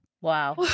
Wow